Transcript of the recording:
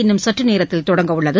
இன்னும் சற்றுநேரத்தில் தொடங்கவுள்ளது